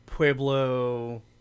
Pueblo